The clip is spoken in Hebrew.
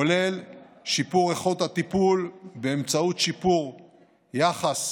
כולל שיפור איכות הטיפול באמצעות שיפור היחס